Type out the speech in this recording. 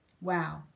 Wow